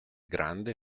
grande